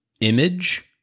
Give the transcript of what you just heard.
image